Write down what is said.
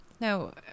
no